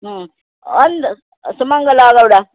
ಹ್ಞೂ ಅಲ್ಲ ಸುಮಂಗಲಾ ಗೌಡ